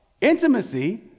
intimacy